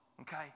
okay